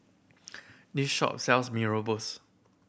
this shop sells mee